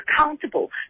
accountable